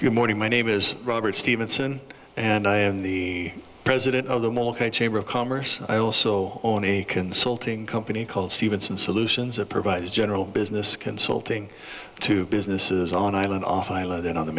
your morning my name is robert stephenson and i am the president of the chamber of commerce i also own a consulting company called stevenson solutions that provides general business consulting to businesses on island off island and on the